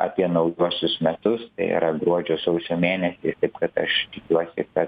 apie naujuosius metus tai yra gruodžio sausio mėnesiais taip kad aš tikiuosi kad